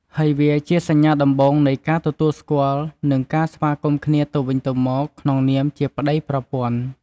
ហើយវាជាសញ្ញាដំបូងនៃការទទួលស្គាល់ និងការស្វាគមន៍គ្នាទៅវិញទៅមកក្នុងនាមជាប្តីប្រពន្ធ។